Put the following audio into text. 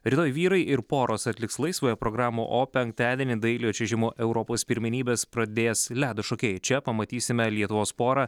rytoj vyrai ir poros atliks laisvąją programą o penktadienį dailiojo čiuožimo europos pirmenybes pradės ledo šokėjai čia pamatysime lietuvos porą